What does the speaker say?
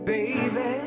Baby